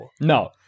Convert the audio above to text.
No